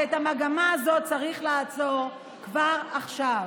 ואת המגמה הזאת צריך לעצור כבר עכשיו.